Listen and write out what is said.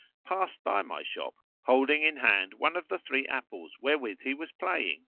passed by my shop holding in hand one of the three apples wherewith he was playing.